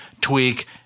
tweak